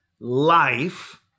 life